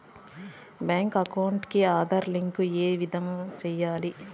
Bank account కి Aadhaar link ఏ విధంగా సెయ్యాలి?